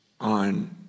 on